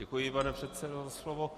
Děkuji, pane předsedo, za slovo.